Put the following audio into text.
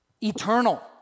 eternal